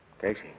Casey